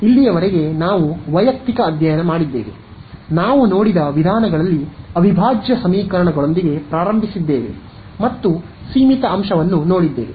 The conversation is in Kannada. ಇಲ್ಲಿಯವರೆಗೆ ನಾವು ವೈಯಕ್ತಿಕ ಅಧ್ಯಯನ ಮಾಡಿದ್ದೇವೆ ನಾವು ನೋಡಿದ ವಿಧಾನಗಳಲ್ಲಿ ಅವಿಭಾಜ್ಯ ಸಮೀಕರಣಗಳೊಂದಿಗೆ ಪ್ರಾರಂಭಿಸಿದ್ದೇವೆ ಮತ್ತು ಸೀಮಿತ ಅಂಶವನ್ನು ನೋಡಿದ್ದೇವೆ